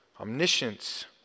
omniscience